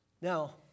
Now